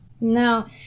No